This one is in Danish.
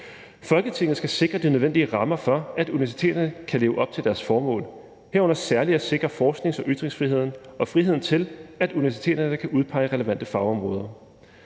Folketinget skal sikre de nødvendige rammer for, at universiteterne kan leve op til deres formål, herunder særlig at sikre forsknings- og ytringsfriheden og friheden til, at universiteterne kan udpege relevante fagområder.